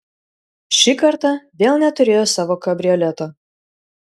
ši karta vėl neturėjo savo kabrioleto